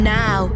now